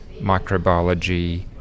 microbiology